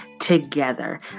together